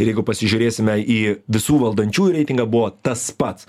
ir jeigu pasižiūrėsime į visų valdančiųjų reitingą buvo tas pats